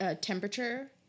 temperature